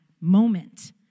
moment